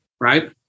right